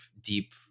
deep